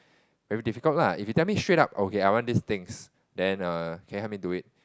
very difficult lah if you tell me straight up okay I want these things then err can you help me do it